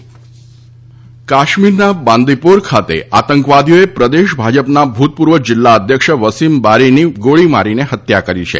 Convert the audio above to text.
ભાજપ નેતા હત્યા કાશ્મીરના બાંદીપોર ખાતે આતંકવદીઓએ પ્રદેશ ભાજપના ભૂતપૂર્વ જિલ્લા અધ્યક્ષ વસીમ બારીની ગોળી મારીને હત્યા કરી છે